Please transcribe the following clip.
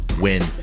win